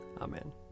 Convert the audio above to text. amen